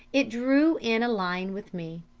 it drew in a line with me.